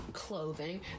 clothing